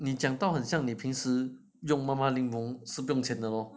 你讲到很像你平时用妈妈柠檬是不用钱的咯